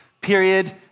Period